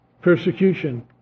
persecution